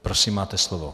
Prosím, máte slovo.